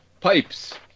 PIPES